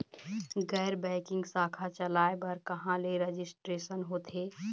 गैर बैंकिंग शाखा चलाए बर कहां ले रजिस्ट्रेशन होथे?